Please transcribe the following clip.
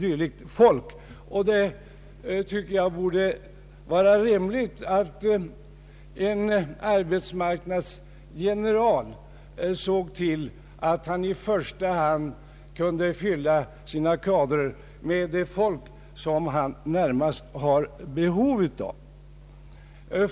Jag tycker att det borde vara rimligt att en arbetsmarknadsgeneral såg till att han i första hand kunde fylla kadrerna med folk som vi närmast har behov av.